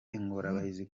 ingorabahizi